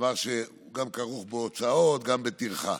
דבר שכרוך גם בהוצאות, גם בטרחה.